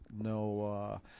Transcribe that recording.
no